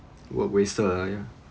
were wasted are you